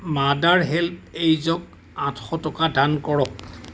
mother হেল্পএজক আঠশ টকা দান কৰক